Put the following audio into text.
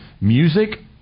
music